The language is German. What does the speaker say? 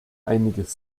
einiges